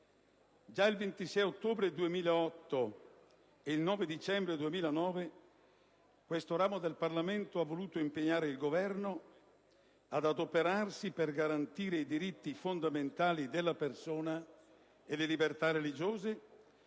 Già il 26 ottobre 2008 e il 9 dicembre 2009, questo ramo del Parlamento ha voluto impegnare il Governo ad adoperarsi per garantire i diritti fondamentali della persona e le libertà religiose,